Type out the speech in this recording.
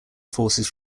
forces